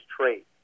trade